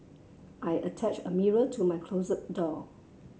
I attached a mirror to my closet door